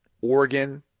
Oregon